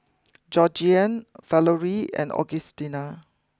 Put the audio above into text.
Georgeann Valorie and Augustina